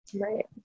Right